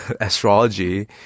astrology